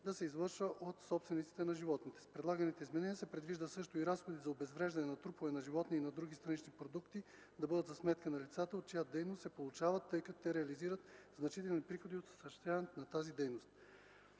ще се извършва от собствениците на животните. С предлаганите изменения се предвижда също и разходите за обезвреждане на труповете на животни и на други странични животински продукти да бъдат за сметка на лицата, от чиято дейност се получават, тъй като те реализират значителни приходи от осъществяването на тази дейност.